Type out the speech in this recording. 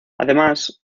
además